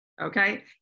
Okay